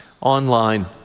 online